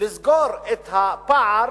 לסגור את הפער,